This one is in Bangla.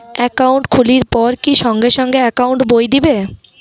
একাউন্ট খুলির পর কি সঙ্গে সঙ্গে একাউন্ট বই দিবে?